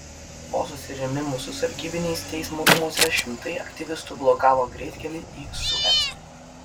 po susirėmimų su sargybiniais teismo rūmuose šimtai aktyvistų blokavo greitkelį į suecą